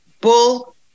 Bull